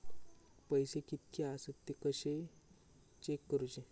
पैसे कीतके आसत ते कशे चेक करूचे?